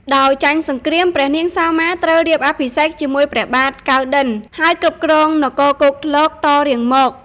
ដោយចាញ់សង្គ្រាម ព្រះនាងសោមាត្រូវរៀបអភិសេកជាមួយព្រះបាទ កៅណ្ឌិន្យ ហើយគ្រប់គ្រងនគរគោកធ្លកតរៀងមក។